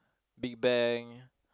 Big-Bang